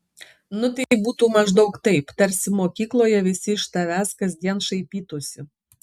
na tai būtų maždaug taip tarsi mokykloje visi iš tavęs kasdien šaipytųsi